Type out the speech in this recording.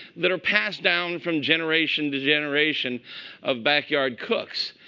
that are passed down from generation to generation of backyard cooks.